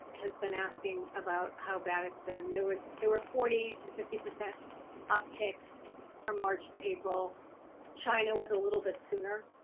has been asking about how bad it's been there were there were forty to fifty percent upticks from march to april china was a little bit sooner,